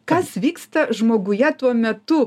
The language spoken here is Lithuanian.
kas vyksta žmoguje tuo metu